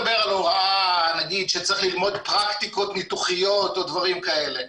הוא יבחר מתוך המאגר הניטרלי כך נקרא לו,